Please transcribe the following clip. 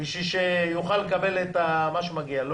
שיוכל לקבל את מה שמגיע לו